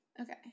Okay